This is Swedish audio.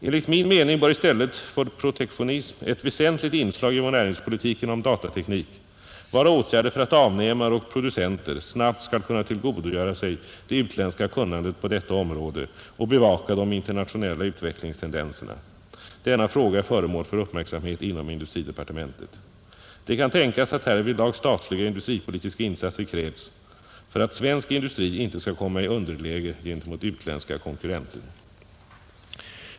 Enligt min mening bör i stället för protektionism ett väsentligt inslag i vår näringspolitik inom datateknik vara åtgärder för att avnämare och producenter snabbt skall kunna tillgodogöra sig det utländska kunnandet på detta område och bevaka de internationella utvecklingstendenserna, Denna fråga är föremål för uppmärksamhet inom industridepartementet. Det kan tänkas att härvidlag statliga industripolitiska insatser krävs för att svensk industri inte skall komma i underläge gentemot utländska konkurrenter.